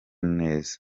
neza